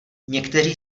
někteří